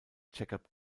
jacob